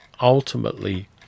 ultimately